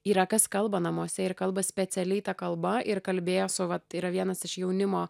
yra kas kalba namuose ir kalba specialiai ta kalba ir kalbėjo su vat yra vienas iš jaunimo